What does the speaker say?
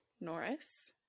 Norris